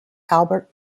albert